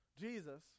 Jesus